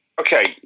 Okay